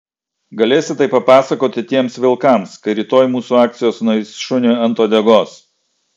galėsi tai papasakoti tiems vilkams kai rytoj mūsų akcijos nueis šuniui ant uodegos